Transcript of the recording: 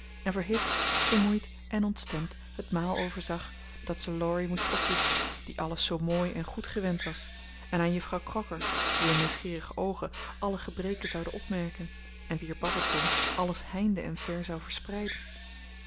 en verhit vermoeid en ontstemd het maal overzag dat ze laurie moest opdisschen die alles zoo mooi en goed gewend was en aan juffrouw crocker wier nieuwsgierige oogen alle gebreken zouden opmerken en wier babbeltong alles heinde en ver zou verspreiden